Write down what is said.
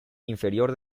inferior